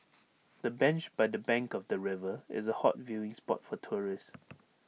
the bench by the bank of the river is A hot viewing spot for tourists